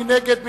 מי נגד?